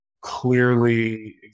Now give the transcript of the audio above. clearly